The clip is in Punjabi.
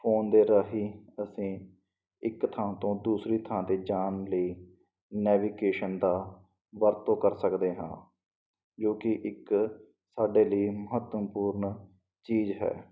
ਫੋਨ ਦੇ ਰਾਹੀਂ ਅਸੀਂ ਇੱਕ ਥਾਂ ਤੋਂ ਦੂਸਰੀ ਥਾਂ 'ਤੇ ਜਾਣ ਲਈ ਨੈਵੀਗੇਸ਼ਨ ਦੀ ਵਰਤੋਂ ਕਰ ਸਕਦੇ ਹਾਂ ਜੋ ਕਿ ਇੱਕ ਸਾਡੇ ਲਈ ਮਹੱਤਵਪੂਰਨ ਚੀਜ਼ ਹੈ